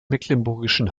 mecklenburgischen